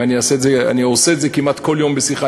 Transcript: ואני עושה את זה כמעט כל יום בשיחה,